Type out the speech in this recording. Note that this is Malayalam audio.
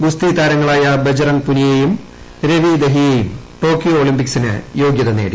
ഗുസ്തി താരങ്ങളായ ബജ്റംഗ് പുനിയയും രവി ദഹിയയും ടോക്കിയോ ഒളിമ്പിക്സിന് യോഗൃത നേടി